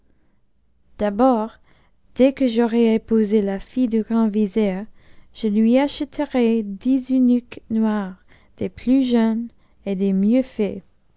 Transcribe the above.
d'abord que j'aurai épousé la fille du grand vizir je lui achèterai dix eunuques noirs des plus jeunes et des mieux faits